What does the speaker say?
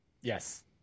yes